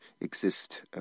exist